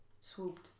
swooped